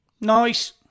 Nice